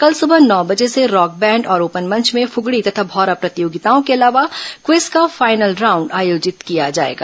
कल सुबह नौ बजे से रॉक बैंड और ओपन मंच में फूगड़ी तथा भौरा प्रतियोगिताओं के अलावा क्विज का फाइनल राउंड आयोजित किया जाएगा